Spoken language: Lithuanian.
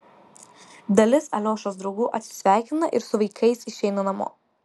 dalis aliošos draugų atsisveikina ir su vaikais išeina namo